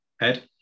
Ed